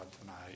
tonight